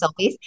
selfies